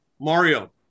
Mario